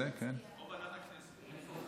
או לוועדת הכנסת.